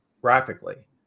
graphically